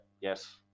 yes